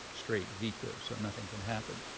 straight vetoes so nothing can happen.